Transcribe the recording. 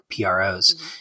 PROs